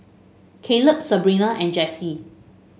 Caleb Sabrina and Jessi